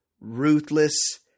ruthless